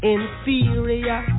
Inferior